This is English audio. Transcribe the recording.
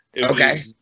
Okay